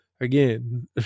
Again